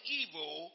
evil